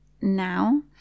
now